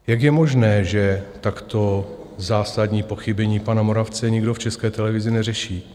Jak je možné, že takto zásadní pochybení pana Moravce někdo v České televizi neřeší?